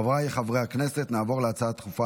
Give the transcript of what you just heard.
חבריי חברי הכנסת, נעבור להצעות דחופות